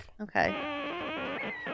okay